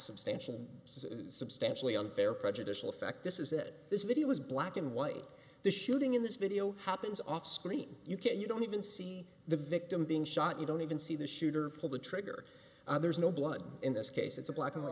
substantial substantially unfair prejudicial effect this is it this video is black and white the shooting in this video happens off screen you can you don't even see the victim being shot you don't even see the shooter pull the trigger others no blood in this case it's a black